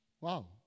Wow